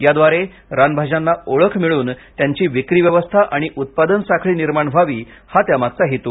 याद्वारे रानभाज्यांना ओळख मिळून त्यांची विक्रीव्यवस्था आणि उत्पादन साखळी निर्माण व्हवी हा त्यामागचा हेतू